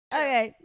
okay